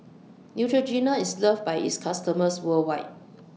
Neutrogena IS loved By its customers worldwide